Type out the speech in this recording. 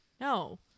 No